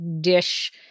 dish